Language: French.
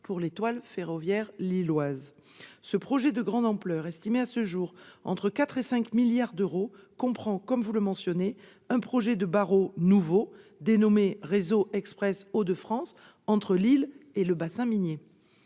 pour l'étoile ferroviaire lilloise. Ce projet de grande ampleur, estimé à ce jour entre 4 milliards et 5 milliards d'euros, comprend- vous l'avez mentionné -un projet de barreau nouveau dénommé Réseau express Hauts-de-France entre Lille et le bassin minier.